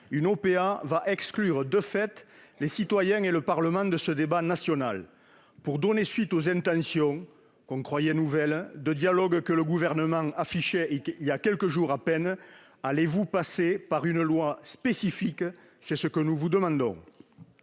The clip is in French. Une OPA va exclure, de fait, les citoyens et le Parlement de ce débat national. Pour donner suite aux intentions, que l'on croyait nouvelles, de dialogue que le Gouvernement affichait voilà quelques jours à peine, allez-vous passer par une loi spécifique ? Nous vous le demandons